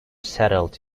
settled